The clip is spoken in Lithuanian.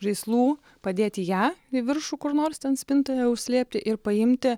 žaislų padėti ją į viršų kur nors ten spintoje užslėpti ir paimti